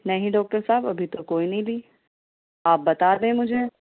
نہیں ڈاکٹر صاحب ابھی تو کوئی نہیں لی آپ بتادیں مجھے